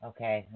Okay